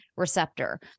receptor